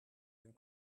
den